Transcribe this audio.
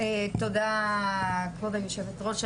תודה כבוד היושבת ראש,